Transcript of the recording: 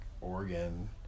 Oregon